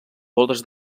voltes